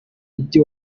mujyi